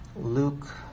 Luke